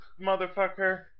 motherfucker